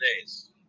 days